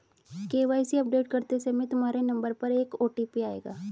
KYC update करते समय तुम्हारे नंबर पर एक ओ.टी.पी आएगा